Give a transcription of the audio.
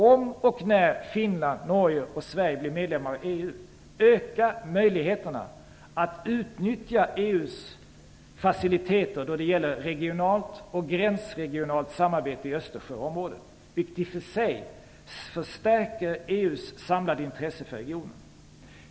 Om och när Finland, Norge och Sverige blir medlemmar av EU, ökar möjligheterna att utnyttja EU:s faciliteter då det gäller regionalt och gränsregionalt samarbete i Östersjöområdet, vilket i sig förstärker EU:s samlade intresse för regionen.